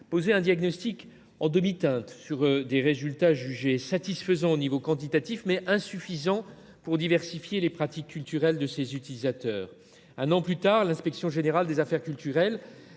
posé ce diagnostic en demi teinte : les résultats du pass Culture sont jugés satisfaisants sur un plan quantitatif, mais insuffisants pour diversifier les pratiques culturelles des utilisateurs. Un an plus tard, l’inspection générale des affaires culturelles